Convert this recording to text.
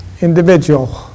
individual